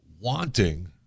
wanting